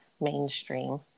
mainstream